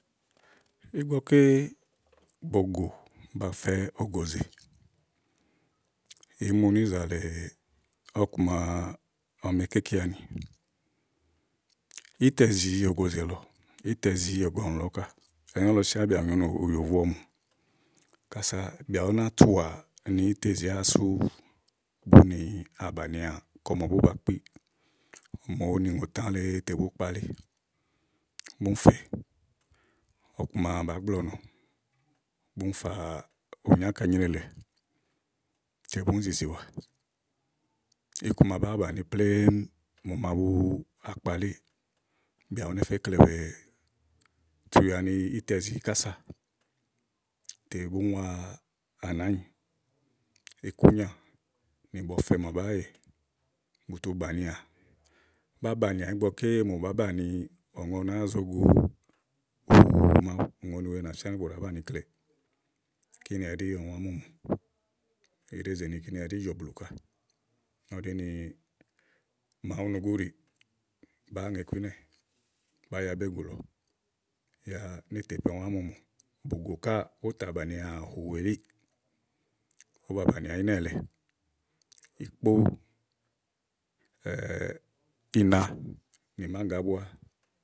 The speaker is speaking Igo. ígbɔké bògò ba fɛ ògòzè, ìí mu níìza le ɔku màa ɔmi ɖèé ke íkeanì. ítɛ zìi ògòzè lɔ, ítɛ zi ɔ̀gɔ̀nì lɔ ká. ɛnɛ́ lɔ síã bìà bù nyo bùyòvoè ɔ̀mù asá bìà ú ná tuà ni ítɛ zìiàwa sú búni bànià kɔ mò bú bakpíì mòoni ìŋòtà le tè bu kpalí búni fè ɔku màa bàá gblɔɔ̀ ɔnɔ búni fà ònyàka inyre lèe tè búni zìzìwa, iku màa bàáa bàni plémú mò màa bu à kpalí bìà ú ne fe íkle wèeè gonìà ni ítɛ zìi kása tè búni wa àwa nàányi. Ikúnyà, nì bɔfɛ màa bàáa yè, bu zu bànià, bà banìì ani ígbɔké mò bàá banìi ɔŋɔ nàáa zo go hòò màa ùŋònì wèe nà fíá bù ɖàá banìi íkle, kínì ɛɖí ɔmi wà mumù ìí ɖezè ni kíní ɛɖí jɔ̀blù ká kayi ú ɖi ni, màawu núguɖí bàáa ŋe iku ínɛ̀, bàáa ya bégù lɔ yà níìtèpe ɔmi wá mu mù. Bògò káà ówò tà bànià hòó elíì ówò bàa bànià ínɛ̀ leè ikpó ina nì máàgá búá.